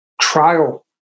trial